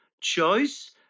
choice